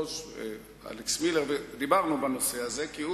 עכשיו 07:35, בואו נראה כמה זה שתי דקות.